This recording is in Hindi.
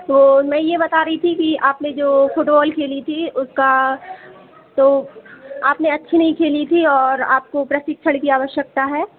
तो मैं यह बता रही थी कि आप ने जो फुटबॉल खेली थी उसका तो आपने अच्छी नहीं खेली थी और आपको प्रशिक्षण की आवश्यकता है